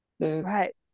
right